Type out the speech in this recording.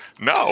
No